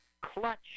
Clutch